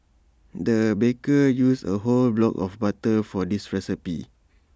the baker used A whole block of butter for this recipe